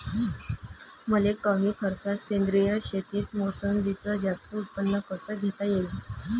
मले कमी खर्चात सेंद्रीय शेतीत मोसंबीचं जास्त उत्पन्न कस घेता येईन?